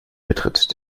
betritt